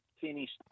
finished